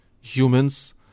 humans